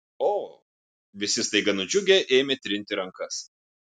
o visi staiga nudžiugę ėmė trinti rankas